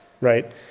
right